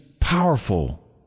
powerful